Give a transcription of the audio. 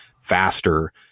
faster